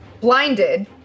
blinded